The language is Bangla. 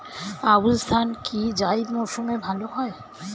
আউশ ধান কি জায়িদ মরসুমে ভালো হয়?